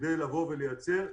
כדי לייצר פתרון.